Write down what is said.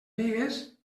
bigues